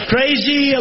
Crazy